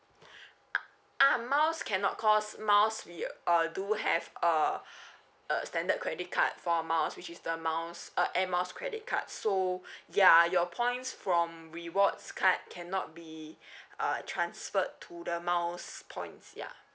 ah miles cannot cause miles we uh do have a a standard credit card for miles which is the miles uh air miles credit card so ya your points from rewards card cannot be uh transferred to the miles points yeah